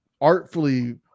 artfully